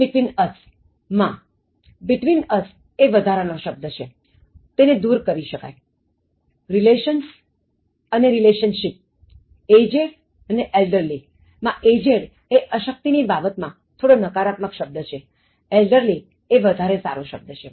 Common between us માં between us એ વધારાનો શબ્દ છેતેને દૂર કરી શકાય relationsrelationship agedelderlyમાં aged એ અશક્તિ ની બાબતમાં થોડો નકારાત્મક શબ્દ છે elderly એ વધારે સારો શબ્દ છે